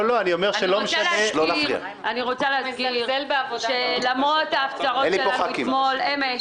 אני רוצה להזכיר שלמרות ההפצרות שלנו אתמול, אמש